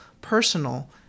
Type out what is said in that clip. personal